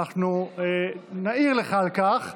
אנחנו נעיר לך על כך,